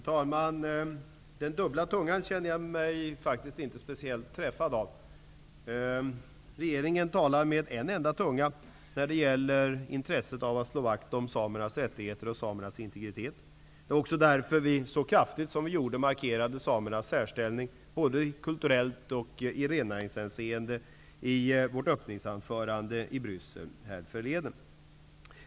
Fru talman! Jag känner mig faktiskt inte speciellt träffad av det som Berith Eriksson sade om dubbla tungor. Regeringen talar med en enda tunga när det gäller intresset att slå vakt om samernas rättigheter och samernas integritet. Det var därför som vi under öppningsanförandet i Bryssel härförleden så kraftigt markerade samernas särställning, såväl i kulturellt hänseende som i rennäringshänseende.